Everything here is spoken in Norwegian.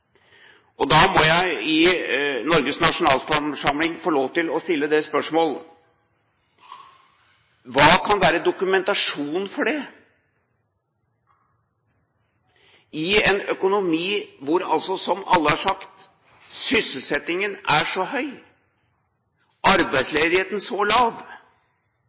Da må jeg i Norges nasjonalforsamling få lov til å stille spørsmålet: Hva kan være dokumentasjonen for det i en økonomi hvor, som alle har sagt, sysselsettingen er så høy og arbeidsledigheten så lav